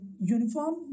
uniform